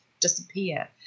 disappear